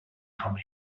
komme